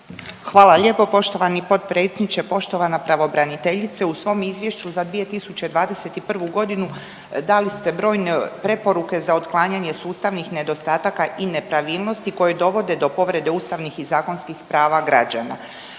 Hvala lijepo poštovani potpredsjedniče. Poštovana pravobraniteljice. U svom izvješću za 2021.g. dali ste brojne preporuke za otklanjanje sustavnih nedostataka i nepravilnosti koji dovode do povrede ustavnih i zakonskih prava građana.